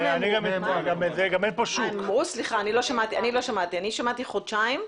אני שמעתי חודשיים.